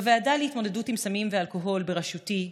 בוועדה להתמודדות עם סמים ואלכוהול בראשותי,